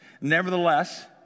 Nevertheless